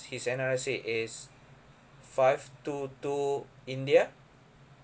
his N_R_I_C is five two two india